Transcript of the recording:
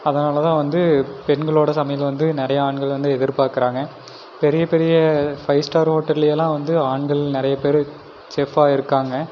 அதனால்தான் வந்து பெண்களோடய சமையலை வந்து நிறையா ஆண்கள் வந்து எதிர்ப்பார்க்குறாங்க பெரிய பெரிய ஃபைவ் ஸ்டார் ஹோட்லேலாம் வந்து ஆண்கள் நிறைய செஃப்பாக இருக்காங்கள்